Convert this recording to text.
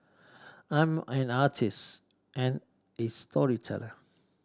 I'm an artist and a storyteller